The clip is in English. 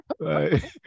right